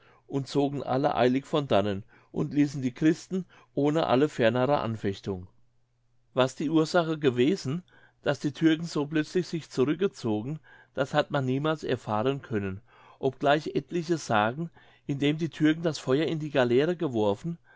und zogen alle eilig von dannen und ließen die christen ohne alle fernere anfechtung was die ursache gewesen daß die türken so plötzlich sich zurückgezogen das hat man niemals erfahren können obgleich etliche sagen indem die türken das feuer in die galeere geworfen